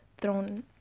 thrown